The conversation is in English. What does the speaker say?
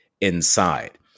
inside